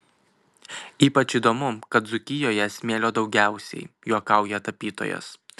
ypač įdomu kad dzūkijoje smėlio daugiausiai juokauja tapytojas